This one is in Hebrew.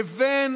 לבין